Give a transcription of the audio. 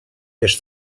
wiesz